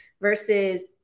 versus